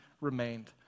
remained